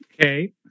Okay